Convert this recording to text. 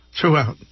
throughout